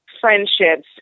friendships